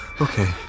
okay